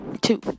Two